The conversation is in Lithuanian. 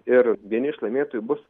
ir vieni iš laimėtojų bus